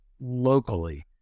locally